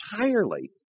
entirely